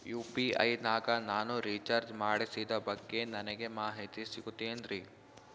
UPI ನಾಗ ನಾನು recharge ಮಾಡಿಸಿದ ಬಗ್ಗೆ ನನಗೆ ಮಾಹಿತಿ ಸಿಗುತೇನ್ರೀ?